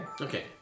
Okay